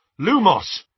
Lumos